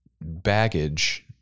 baggage